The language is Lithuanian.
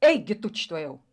eik gi tučtuojau